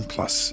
Plus